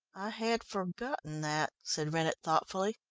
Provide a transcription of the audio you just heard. had forgotten that, said rennett thoughtfully.